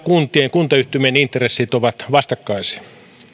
kuntien ja kuntayhtymien intressit ovat vastakkaisia